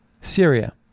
Syria